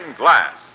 glass